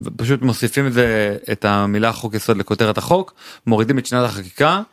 פשוט מוסיפים את המילה חוק יסוד לכותרת החוק, מורידים את שנת החקיקה